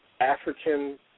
African